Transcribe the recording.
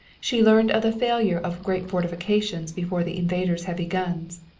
she learned of the failure of great fortifications before the invaders' heavy guns.